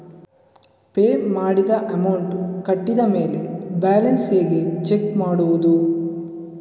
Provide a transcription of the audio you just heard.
Pay ಮಾಡಿದ amount ಕಟ್ಟಿದ ಮೇಲೆ ಬ್ಯಾಲೆನ್ಸ್ ಹೇಗೆ ಚೆಕ್ ಮಾಡುವುದು?